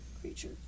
creature